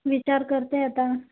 विचार करते आता